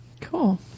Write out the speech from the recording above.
Cool